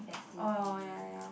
oh ya ya ya